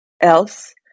else